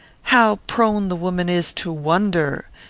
how prone the woman is to wonder!